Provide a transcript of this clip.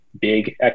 big